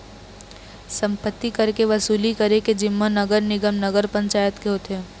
सम्पत्ति कर के वसूली करे के जिम्मा नगर निगम, नगर पंचायत के होथे